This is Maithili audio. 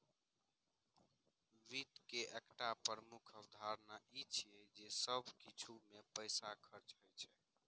वित्त के एकटा प्रमुख अवधारणा ई छियै जे सब किछु मे पैसा खर्च होइ छै